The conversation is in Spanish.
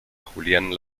julián